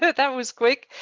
that that was quick,